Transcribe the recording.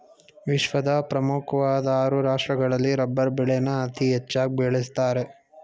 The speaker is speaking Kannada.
ವಿಶ್ವದ ಪ್ರಮುಖ್ವಾಧ್ ಆರು ರಾಷ್ಟ್ರಗಳಲ್ಲಿ ರಬ್ಬರ್ ಬೆಳೆನ ಅತೀ ಹೆಚ್ಚಾಗ್ ಬೆಳಿತಾರೆ